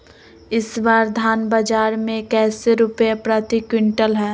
इस बार धान बाजार मे कैसे रुपए प्रति क्विंटल है?